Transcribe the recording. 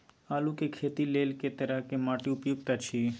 आलू के खेती लेल के तरह के माटी उपयुक्त अछि?